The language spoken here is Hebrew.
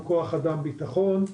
היום כ"ח באייר התשפ"ב,